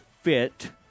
fit